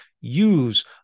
use